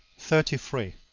thirty three.